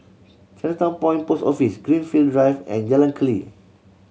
Chinatown Point Post Office Greenfield Drive and Jalan Keli